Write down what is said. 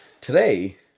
today